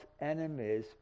enemies